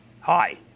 Hi